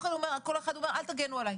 כולם אומרים לא להגן עלינו,